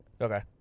okay